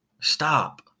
Stop